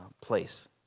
place